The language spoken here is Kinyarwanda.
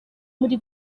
muri